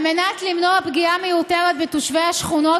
על מנת למנוע פגיעה מיותרת בתושבי השכונות